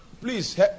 please